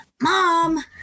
mom